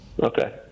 Okay